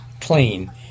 clean